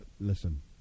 listen